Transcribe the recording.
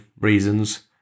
reasons